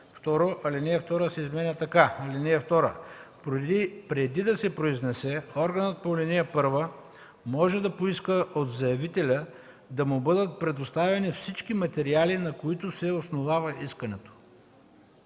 Алинея 2 се изменя така: „(2) Преди да се произнесе, органът по ал. 1 може да поиска от заявителя да му бъдат предоставени всички материали, на които се основава искането.”